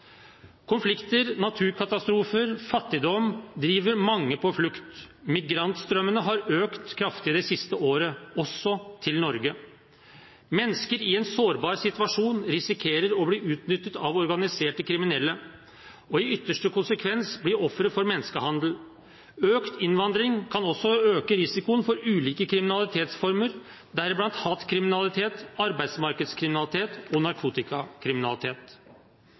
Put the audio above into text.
Konflikter, naturkatastrofer og fattigdom driver mange på flukt. Migrantstrømmene har økt kraftig det siste året – også til Norge. Mennesker i en sårbar situasjon risikerer å bli utnyttet av organiserte kriminelle og i ytterste konsekvens bli ofre for menneskehandel. Økt innvandring kan også øke risikoen for ulike kriminalitetsformer, deriblant hatkriminalitet, arbeidsmarkedskriminalitet og narkotikakriminalitet.